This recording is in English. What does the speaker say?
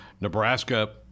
Nebraska